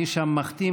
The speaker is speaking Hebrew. מי שם מחתים?